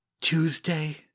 Tuesday